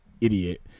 idiot